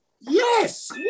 Yes